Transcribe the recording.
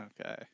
Okay